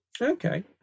Okay